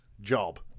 job